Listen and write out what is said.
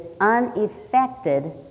unaffected